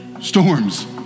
storms